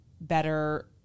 better